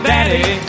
Daddy